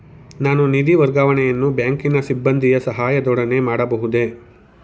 ನಾನು ನಿಧಿ ವರ್ಗಾವಣೆಯನ್ನು ಬ್ಯಾಂಕಿನ ಸಿಬ್ಬಂದಿಯ ಸಹಾಯದೊಡನೆ ಮಾಡಬಹುದೇ?